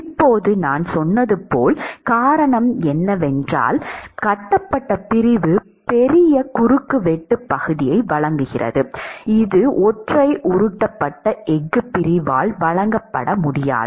இப்போது நான் சொன்னது போல் காரணம் என்னவென்றால் கட்டப்பட்ட பிரிவு பெரிய குறுக்கு வெட்டு பகுதியை வழங்குகிறது இது ஒற்றை உருட்டப்பட்ட எஃகு பிரிவால் வழங்கப்பட முடியாது